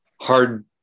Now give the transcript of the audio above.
hard